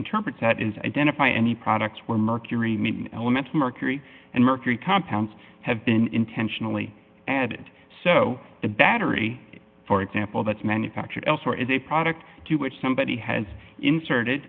interprets that is identify any products where mercury mean elements mercury and mercury compounds have been intentionally added so the battery for example that's manufactured elsewhere is a product to which somebody has inserted